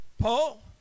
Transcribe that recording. Paul